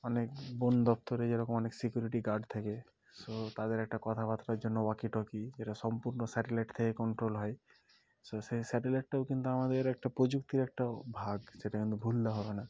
অনেক বন দপ্তরে যেরকম অনেক সিকিউরিটি গার্ড থাকে সো তাদের একটা কথাবার্তার জন্য ওয়াকি টকি যেটা সম্পূর্ণ স্যাটেলাইট থেকে কন্ট্রোল হয় সো সেই স্যাটেলাইটটাও কিন্তু আমাদের একটা প্রযুক্তির একটা ভাগ সেটা কিন্তু ভুললে হবে না